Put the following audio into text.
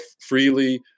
freely